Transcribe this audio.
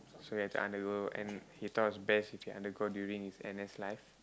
so he had to undergo and he thought it was best if he undergo during his N_S life